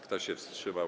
Kto się wstrzymał?